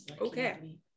Okay